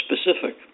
specific